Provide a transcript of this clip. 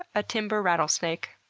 a timber rattlesnake.